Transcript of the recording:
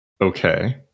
okay